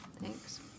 Thanks